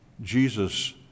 Jesus